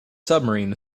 submarine